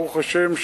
ברוך השם,